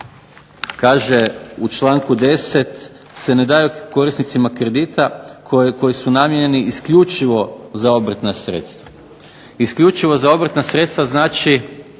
kaže u članku 10. se ne daju korisnicima kredita koji su namijenjeni isključivo za obrtna sredstva, isključivo za obrtna sredstva znači,